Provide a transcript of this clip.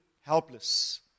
helpless